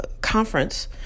conference